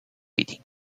reading